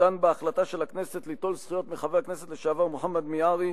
שדן בהחלטה של הכנסת ליטול זכויות מחבר הכנסת לשעבר מוחמד מיעארי,